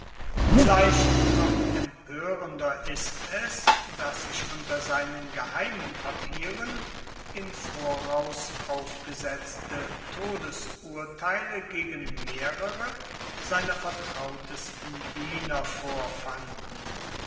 vielleicht noch empörender ist es daß sich unter seinen geheimen papieren im voraus aufgesetzte todesurteile gegen mehrere seiner vertrautesten diener vorfanden